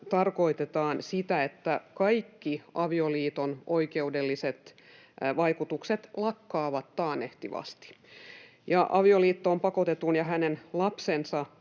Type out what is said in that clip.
tarkoitetaan sitä, että kaikki avioliiton oikeudelliset vaikutukset lakkaavat taannehtivasti, ja avioliittoon pakotetun ja hänen lapsensa